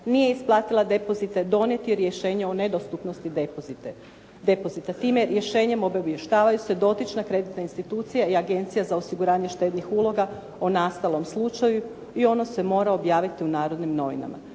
nije isplatila depozite donijeti rješenje o nedostupnosti depozita. Time rješenjem obavještavaju se dotične kreditne institucije i Agencija za osiguranje štednih uloga o nastalom slučaju i ono se mora objaviti u "Narodnim novinama".